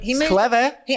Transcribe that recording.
Clever